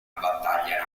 battaglia